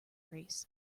race